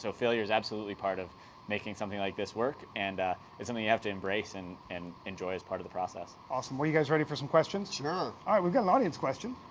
so failure's absolutely part of making something like this work and it's something i mean you have to embrace and and enjoy as part of the process. awesome, well, you guys ready for some questions? sure. all right, we've got an audience question.